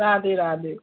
Radhe Radhe